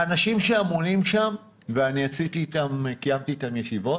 האנשים שאמונים שם, ואני קיימתי איתם ישיבות,